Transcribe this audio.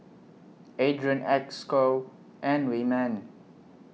Adrian Esco and Wyman